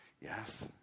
Yes